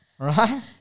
Right